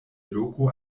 loko